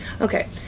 Okay